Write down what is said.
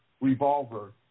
revolver